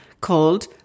called